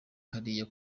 hariya